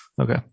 Okay